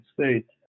States